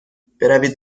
بروید